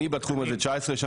אני בתחום הזה 19 שנה,